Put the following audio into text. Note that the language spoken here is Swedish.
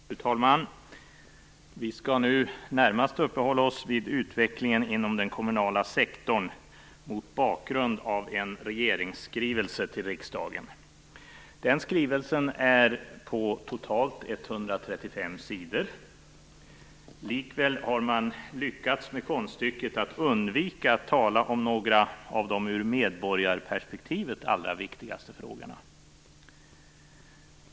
Fru talman! Vi skall nu närmast uppehålla oss vid utvecklingen inom den kommunala sektorn, mot bakgrund av en regeringsskrivelse till riksdagen. Den skrivelsen omfattar totalt 135 sidor. Likväl har man lyckats med konststycket att undvika att tala om några av de ur medborgarperspektivet allra viktigaste frågorna.